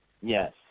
Yes